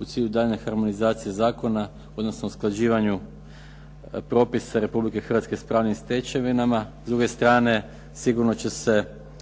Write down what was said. u cilju daljnje harmonizacije zakona odnosno usklađivanju propisa Republike Hrvatske sa pravnim stečevinama, s druge strane sigurno će se